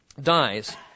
dies